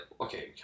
okay